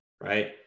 Right